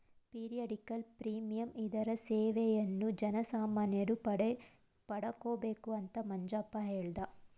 periodical premium ಇದರ ಸೇವೆಯನ್ನು ಜನಸಾಮಾನ್ಯರು ಪಡಕೊಬೇಕು ಅಂತ ಮಂಜಪ್ಪ ಹೇಳ್ದ